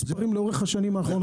לאורך השנים האחרונות.